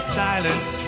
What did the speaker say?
silence